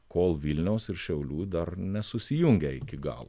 kol vilniaus ir šiaulių dar nesusijungę iki galo